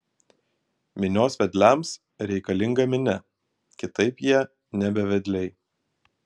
minios vedliams reikalinga minia kitaip jie nebe vedliai